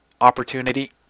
opportunity